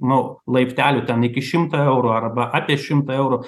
nu laipteliu ten iki šimto eurų arba apie šimtą eurų